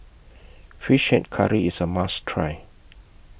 Fish Head Curry IS A must Try